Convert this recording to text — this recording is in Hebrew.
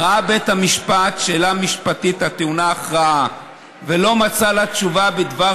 ראה בית המשפט שאלה משפטית הטעונה הכרעה ולא מצא לה תשובה בדבר